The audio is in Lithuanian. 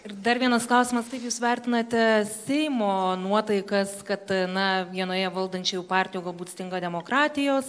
ir dar vienas klausimas taip jūs vertinate seimo nuotaikas kad na vienoje valdančiųjų partijoj galbūt stinga demokratijos